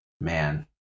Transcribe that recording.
Man